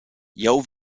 jeu